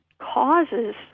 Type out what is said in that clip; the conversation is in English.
causes